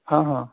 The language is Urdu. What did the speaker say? ہاں ہاں